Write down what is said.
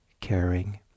caring